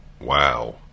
Wow